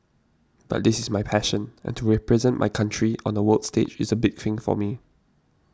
but this is my passion and to represent my country on the world stage is a big thing for me